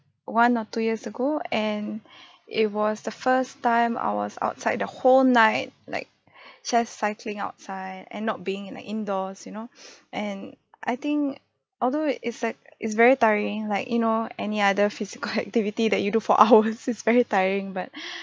one or two years ago and it was the first time I was outside the whole night like just cycling outside and not being in the indoors you know and I think although it's like it's very tiring like you know any other physical activity that you do for hours is very tiring but